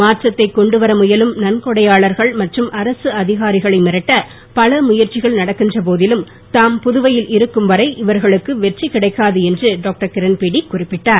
மாற்றத்தை கொண்டு வர முயலும் நன்கொடையாளர்கள் மற்றும் அரசு அதிகாரிகளை மிரட்ட பல முயற்சிகள் நடக்கின்ற போதிலும் தாம் புதுவையில் இருக்கும் வரை இவர்களுக்கு வெற்றி கிடைக்காது என்று டாக்டர் கிரண்பேடி குறிப்பிட்டார்